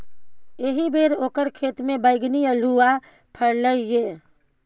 एहिबेर ओकर खेतमे बैगनी अल्हुआ फरलै ये